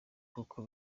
kuko